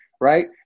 right